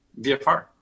VFR